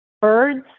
birds